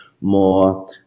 more